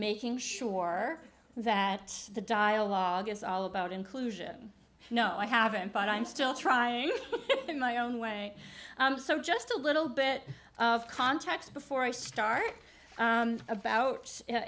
making sure that the dialogue is all about inclusion no i haven't but i'm still trying to my own way so just a little bit of context before i start about